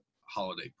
holiday